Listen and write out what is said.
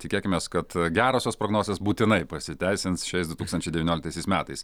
tikėkimės kad gerosios prognozės būtinai pasiteisins šiais du tūkstančiai devynioliktaisiais metais